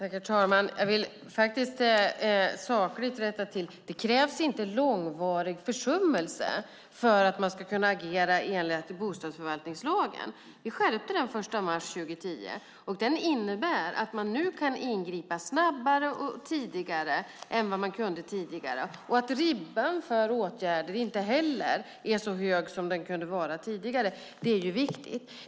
Herr talman! Jag vill faktiskt göra en saklig rättelse. Det krävs inte långvarig försummelse för att man ska kunna agera i enlighet med bostadsförvaltningslagen. Vi skärpte den lagen den 1 mars 2010. Det innebär att man nu kan ingripa snabbare och tidigare än man kunde tidigare, och att ribban för åtgärder inte heller är så hög som den kunde vara tidigare är ju viktigt.